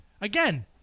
Again